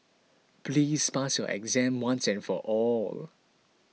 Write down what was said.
please pass your exam once and for all